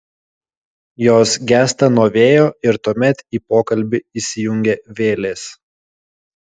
jos gęsta nuo vėjo ir tuomet į pokalbį įsijungia vėlės